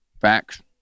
facts